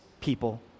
people